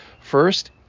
first